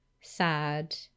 sad